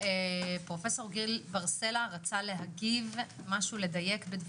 פרופ' גיל בר סלע רצה לדייק, בבקשה.